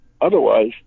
Otherwise